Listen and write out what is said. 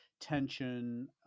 Tension